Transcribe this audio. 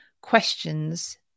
questions